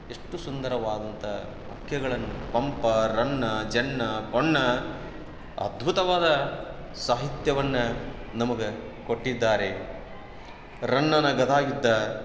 ಎಷ್ಟು ಸುಂದರವಾದಂಥ ವ್ಯಾಕ್ಯಗಳನ್ನು ಪಂಪ ರನ್ನ ಜನ್ನ ಪೊನ್ನ ಅದ್ಭುತವಾದ ಸಾಹಿತ್ಯವನ್ನು ನಮಗೆ ಕೊಟ್ಟಿದ್ದಾರೆ ರನ್ನನ ಗದಾಯುದ್ಧ